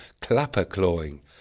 clapper-clawing